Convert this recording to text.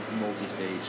multi-stage